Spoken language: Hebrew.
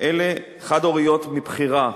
אלה חד-הוריות מבחירה.